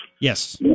Yes